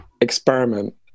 experiment